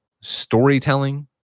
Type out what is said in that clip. storytelling